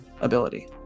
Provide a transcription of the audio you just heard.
ability